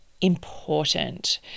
important